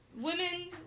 women